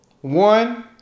One